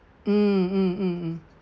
mm mm mm mm